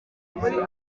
muri